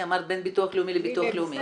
אמרת בין ביטוח לאומי לביטוח לאומי.